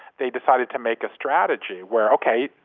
they decided to make a strategy where, okay,